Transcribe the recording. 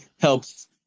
helps